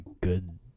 good